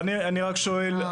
אבל אני רק שואל,